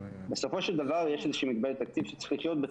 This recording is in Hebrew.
בסופו של דבר יש איזושהי מגבלת תקציב שצריך לחיות בתוכו.